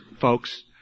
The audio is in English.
folks